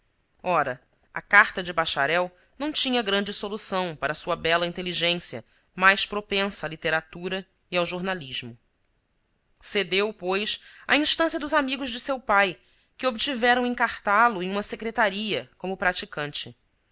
ora a carta de bacharel não tinha grande solução para sua bela inteligência mais propensa à literatura e ao jornalismo cedeu pois à instância dos amigos de seu pai que obtiveram encartá lo em uma secretaria como praticante